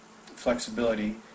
flexibility